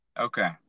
Okay